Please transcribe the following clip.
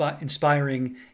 inspiring